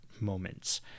moments